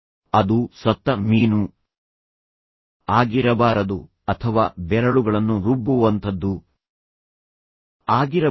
ಅದು ಸತ್ತ ಮೀನು ಆಗಿರಬಾರದು ಅಥವಾ ಬೆರಳುಗಳನ್ನು ರುಬ್ಬುವಂಥದ್ದೂ ಆಗಿರಬಾರದು